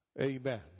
amen